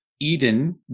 Eden